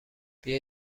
بیا